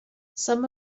some